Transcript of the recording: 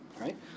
right